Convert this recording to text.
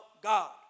God